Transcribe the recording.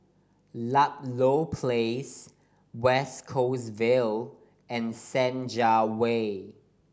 Ludlow Place West Coast Vale and Senja Way